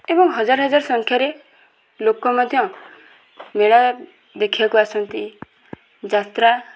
ଏବଂ ହଜାର ହଜାର ସଂଖ୍ୟାରେ ଲୋକ ମଧ୍ୟ ମେଳା ଦେଖିବାକୁ ଆସନ୍ତି ଯାତ୍ରା